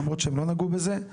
למרות שהם לא נגעו בזה.